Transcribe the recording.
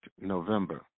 November